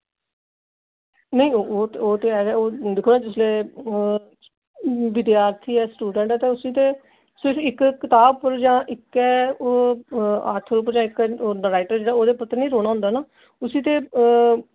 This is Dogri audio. नेईं ओह् ते ओह् ते है गै दिक्खो ना जिसलै विद्यार्थी जां स्टूडैंट ऐ ते उस्सी ते सिर्फ इक कताब पर जां इक्कै आथर जां इक ओह् होंदा राइटर जेह्ड़ा ओह्दे पर ते निं रौह्ना होंदा ना उस्सी ते